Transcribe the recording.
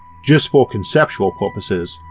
just for conceptual purposes,